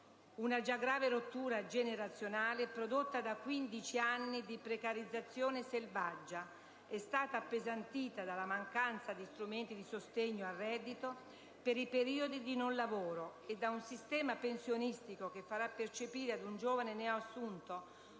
Una già grave rottura generazionale, prodotto da quindici anni di precarizzazione selvaggia, è stata appesantita da un lato dalla mancanza di strumenti di sostegno al reddito per i periodi di non lavoro, dall'altro dal sistema pensionistico italiano che farà percepire ad un giovane neoassunto,